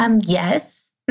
Yes